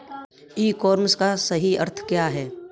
ई commerce का सही अर्थ क्या है?